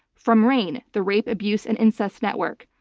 from rain, the rape abuse and incest network,